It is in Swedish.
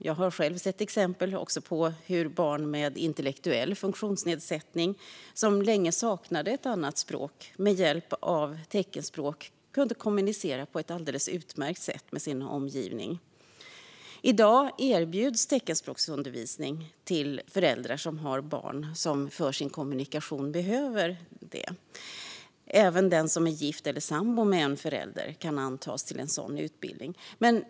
Jag har själv sett exempel på hur barn med intellektuell funktionsnedsättning, som länge saknade ett annat språk, med hjälp av teckenspråk kunnat kommunicera på ett alldeles utmärkt sätt med sin omgivning. I dag erbjuds teckenspråksundervisning till föräldrar som har barn som behöver detta för sin kommunikation. Även den som är gift eller sambo med en förälder kan antas till en sådan utbildning.